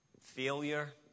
failure